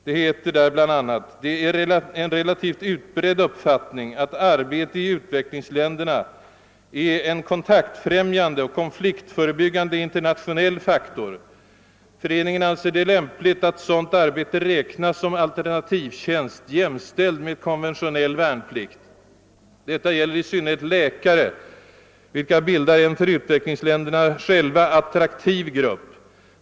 Det heter där bl a.: »Det är en relativt utbredd uppfattning att arbete i utvecklingsländer är en kontaktfrämjande och konfliktförebyggande internationell faktor. Föreningen anser det lämpligt att sådant arbete räknas som alternativtjänst jämställd med konventionell värnplikt. Detta gäller i synnerhet läkare, vilka bildar en för utvecklingsländerna själva attraktiv grupp.